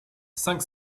cinq